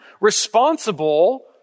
responsible